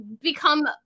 become